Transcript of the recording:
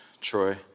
Troy